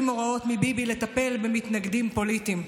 הוראות מביבי לטפל במתנגדים פוליטיים.